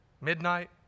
midnight